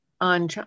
on